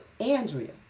Andrea